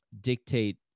dictate